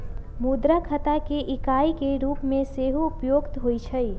मुद्रा खता के इकाई के रूप में सेहो प्रयुक्त होइ छइ